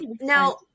now